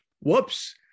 whoops